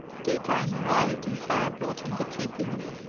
tea-time arrived, and sarah brought in the tea-things.